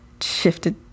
shifted